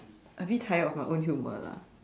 a bit tired of my own humour lah